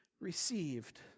received